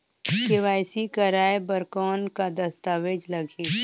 KYC कराय बर कौन का दस्तावेज लगही?